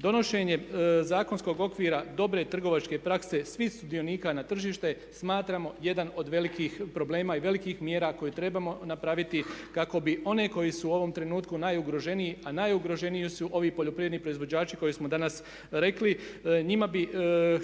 Donošenje zakonskog okvira dobre trgovačke prakse svih sudionika na tržište smatramo jedan od velikih problema i velikih mjera koje trebamo napraviti kako bi one koji su u ovom trenutku najugroženiji a najugroženiji su ovi poljoprivredni proizvođači koji smo danas rekli. Njima bih